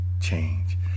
change